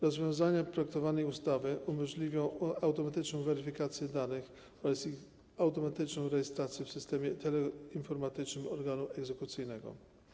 Rozwiązania projektowanej ustawy umożliwią automatyczną weryfikację danych oraz ich automatyczną rejestrację w systemie teleinformatycznym organu egzekucyjnego.